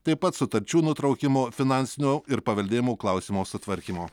taip pat sutarčių nutraukimo finansinio ir paveldėjimo klausimo sutvarkymo